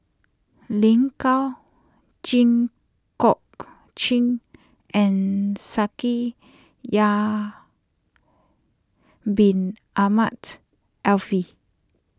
Lin Gao Jit Koon Ch'ng and Shaikh Yahya Bin Ahmed Afifi